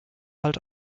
halt